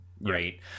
right